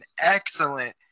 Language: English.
excellent